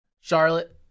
Charlotte